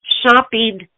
Shopping